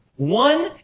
One